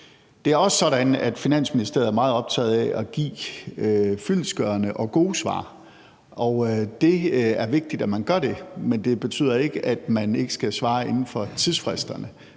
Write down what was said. Det er også sådan, at Finansministeriet er meget optaget af at give fyldestgørende og gode svar, og det er vigtigt, at man gør det. Men det betyder ikke, at man ikke skal svare inden for tidsfristerne.